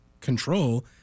control